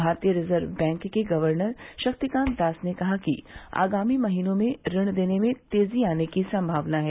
भारतीय reserve bank के governor Shaktikanta Das ने कहा कि आगामी महीनों में ऋण देने में तेजी आने की संभावना है